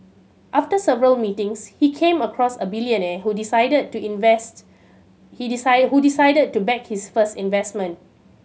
after several meetings he came across a billionaire who decided to invest he decided who decided to back his first investment